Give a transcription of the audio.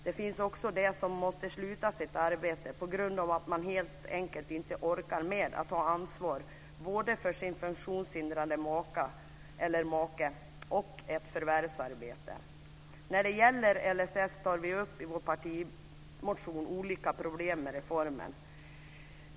Det finns också de som måste sluta sitt arbete på grund av att man helt enkelt inte orkar med att ta ansvar för både sin funktionshindrade maka eller make och ett förvärvsarbete. När det gäller LSS tar vi upp i vår partimotion upp olika problem med reformen.